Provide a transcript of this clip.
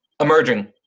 emerging